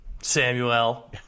samuel